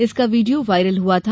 इसका video viral हुआ था